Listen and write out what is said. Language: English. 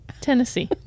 tennessee